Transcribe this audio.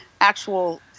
actual